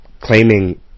claiming